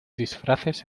disfraces